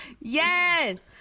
Yes